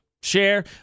share